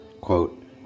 quote